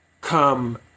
come